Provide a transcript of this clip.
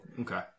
Okay